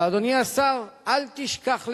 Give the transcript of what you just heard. אבל, אדוני השר, אל תשכח לרגע: